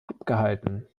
abgehalten